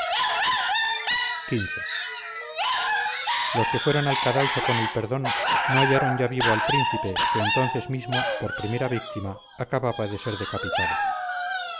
xv los que fueron al cadalso con el perdón no hallaron ya vivo al príncipe que entonces mismo por primera víctima acababa de ser decapitado